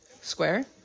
Square